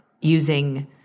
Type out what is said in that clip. using